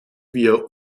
wir